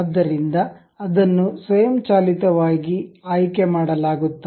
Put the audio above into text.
ಆದ್ದರಿಂದ ಅದನ್ನು ಸ್ವಯಂಚಾಲಿತವಾಗಿ ಆಯ್ಕೆ ಮಾಡಲಾಗುತ್ತದೆ